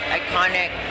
iconic